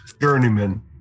journeyman